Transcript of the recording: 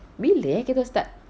bila eh kita start